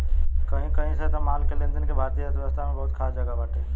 कही कही से माल के लेनदेन के भारतीय अर्थव्यवस्था में बहुते खास जगह बाटे